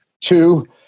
two